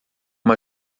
uma